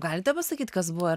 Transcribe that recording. galite pasakyti kas buvo